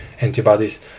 antibodies